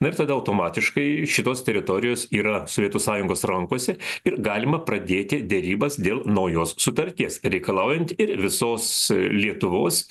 na ir tada automatiškai šitos teritorijos yra sovietų sąjungos rankose ir galima pradėti derybas dėl naujos sutarties reikalaujant ir visos lietuvos